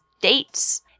dates